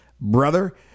brother